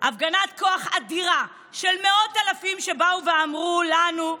כוח אדירה של מאות אלפים שבאו ואמרו לנו,